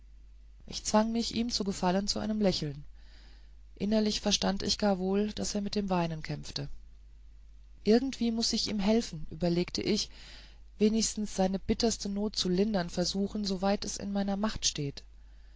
ich zwang mich ihm zu gefallen zu einem lächeln innerlich verstand ich gar wohl daß er mit dem weinen kämpfte irgendwie muß ich ihm helfen überlegte ich wenigstens seine bitterste not zu lindern versuchen soweit das in meiner macht steht